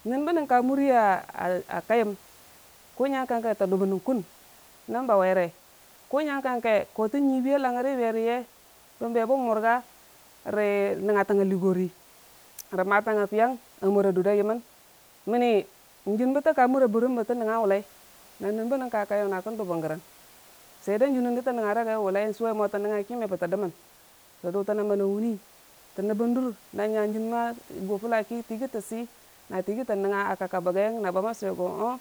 Nəng bə nən ka murya akayəm kʊ nnyang kang ke tə dʊ bən nən kun nən bauwere kʊ nyang kangke kotə nyibi ya langngər beriye bən be bən murga rə nəngngatang ligore rə maatangnga fiyang a mura dun da yəmmən mənni jən bə tə təka mura bərim bətə nəngnga wulai nə nən bə nən ka kaijəm kən dʊbən gəring suedən jənnən də lo nənra gaiyən wulai msuwe mo to nəngnga ki me bə tə dəmən tə dʊtəna bana kuni to məm dur na nya jənbo gurulla ki tə yəggi tii si na tə yəggi tə nəng nga a kak ka bogaiyəng na bamma sʊvego oh-.